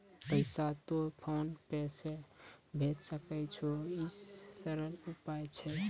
पैसा तोय PhonePe से भैजै सकै छौ? ई सरल उपाय छै?